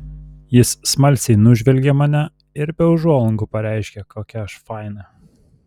jis smalsiai nužvelgė mane ir be užuolankų pareiškė kokia aš faina